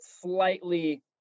slightly